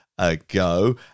ago